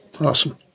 awesome